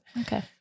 Okay